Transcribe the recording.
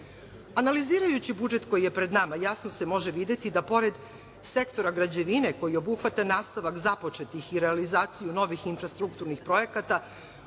investicije. Analizirajući budžet koji je pred nama, jasno se može videti da pored sektora građevine, koji obuhvata nastavak započetih i realizaciju novih infrastrukturnih projekata,